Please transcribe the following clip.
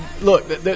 Look